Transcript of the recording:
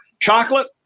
chocolate